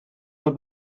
not